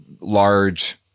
large